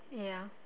ya